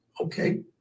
Okay